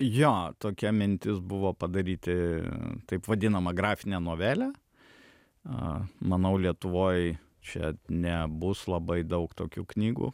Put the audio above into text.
jo tokia mintis buvo padaryti taip vadinamą grafinę novelę manau lietuvoj čia nebus labai daug tokių knygų